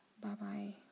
Bye-bye